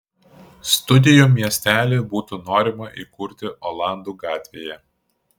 studijų miestelį būtų norima įkurti olandų gatvėje